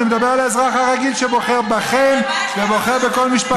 אני מדבר על האזרח הרגיל שבוחר בכם ובוחר בכל משפחה,